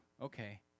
Okay